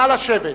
נא לשבת.